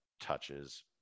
touches